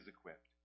equipped